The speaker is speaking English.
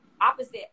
opposite